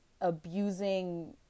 abusing